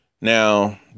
Now